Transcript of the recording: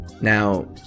Now